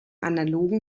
analogen